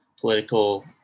political